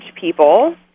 people